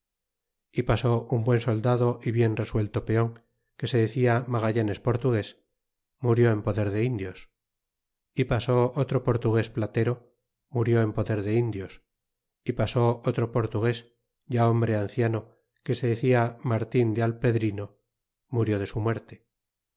e pasó un buen soldado é bien suelto peon que se decia magallanes portugues murió en poder de i n dios é pasó otro portugues platero murió en poder de indios e pasó otro portugues ya hombre anciano que se decia martin de alpedrino murió de su muerte